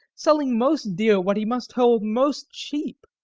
selling most dear what he must hold most cheap,